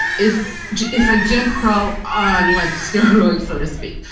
it's it's like jim crow on like steroids, so to speak.